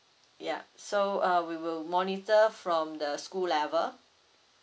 ya so uh we will monitor from the school level